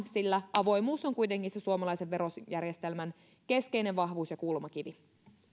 sillä avoimuus on kuitenkin se suomalaisen verojärjestelmän keskeinen vahvuus ja kulmakivi